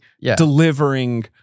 delivering